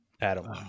Adam